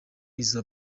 izo